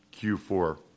Q4